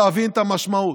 צריך להבין את המשמעות: